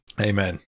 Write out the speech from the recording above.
Amen